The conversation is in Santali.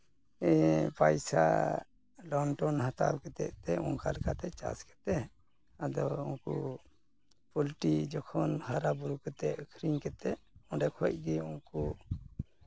ᱯᱚᱭᱥᱟ ᱞᱳᱱ ᱴᱳᱱ ᱦᱟᱛᱟᱣ ᱠᱟᱛᱮ ᱛᱮ ᱚᱱᱠᱟ ᱞᱮᱠᱟᱛᱮ ᱪᱟᱥ ᱠᱟᱛᱮ ᱟᱫᱚ ᱩᱱᱠᱩ ᱯᱳᱞᱴᱤ ᱡᱚᱠᱷᱚᱱ ᱦᱟᱨᱟᱼᱵᱩᱨᱩ ᱠᱟᱛᱮ ᱟ ᱠᱷᱨᱤᱧ ᱠᱟᱛᱮ ᱚᱸᱰᱮ ᱠᱷᱚᱡ ᱜᱮ ᱩᱱᱠᱩ